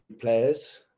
players